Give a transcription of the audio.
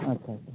ᱟᱪᱪᱷᱟ ᱟᱪᱪᱷᱟ